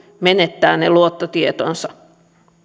menettää ne luottotietonsa